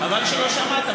חבל שלא שמעת.